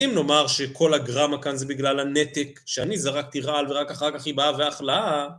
אם נאמר שכל הגרמא כאן זה בגלל הנתק שאני זרקתי רעל ורק אחר כך היא באה ואכלה.